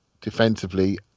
defensively